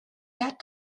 that